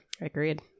Agreed